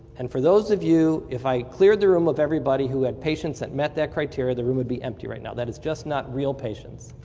and for those of you, if i cleared the room of anybody who had patients that met that criteria, the room would be empty right now. that is just not real patients.